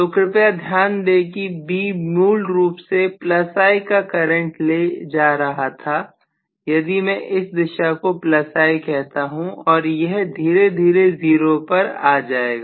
तो कृपया ध्यान दें कि B मूल रूप से I का करंट ले जा रहा था यदि मैं इस दिशा को I कहता हूं और यह धीरे धीरे 0 पर आ जाएगा